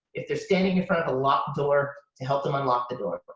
if they're standing in front of a locked door, to help them unlock the door.